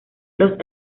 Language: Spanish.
los